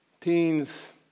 teens